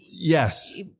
Yes